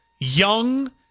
young